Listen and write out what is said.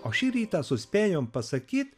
o šį rytą suspėjom pasakyt